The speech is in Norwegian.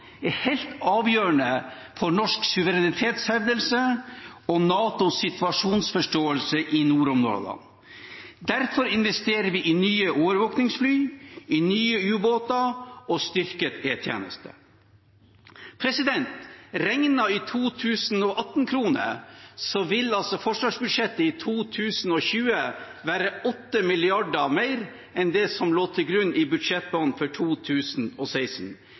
er helt avgjørende for norsk suverenitetshevdelse og NATOs situasjonsforståelse i nordområdene. Derfor investerer vi i nye overvåkningsfly, nye ubåter og en styrket e-tjeneste. Regnet i 2018-kroner vil forsvarsbudsjettet i 2020 være på 8 mrd. kr mer enn det som lå til grunn i budsjettbanen for 2016.